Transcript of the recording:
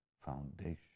foundation